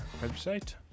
website